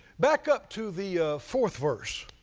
back up to the fourth verse.